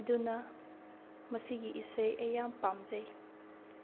ꯑꯗꯨꯅ ꯃꯁꯤꯒꯤ ꯏꯁꯩ ꯑꯩ ꯌꯥꯝ ꯄꯥꯝꯖꯩ